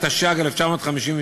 התשי"ג 1953,